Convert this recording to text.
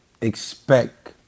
expect